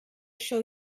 show